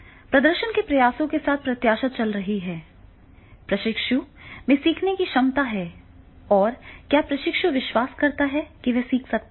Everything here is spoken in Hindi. प्रदर्शन के प्रयासों के साथ प्रत्याशा चल रही है प्रशिक्षु में सीखने की क्षमता है और क्या प्रशिक्षु विश्वास करता है कि वह सीख सकता है